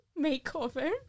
makeover